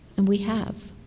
and we have.